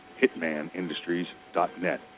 hitmanindustries.net